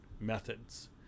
methods